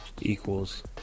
equals